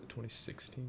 2016